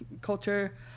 culture